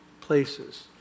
places